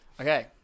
Okay